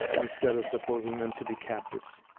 instead of supposing them to be captives.